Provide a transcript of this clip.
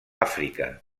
àfrica